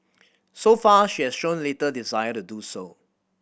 so far she has shown little desire to do so